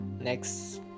next